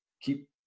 keep